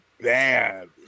bad